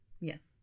Yes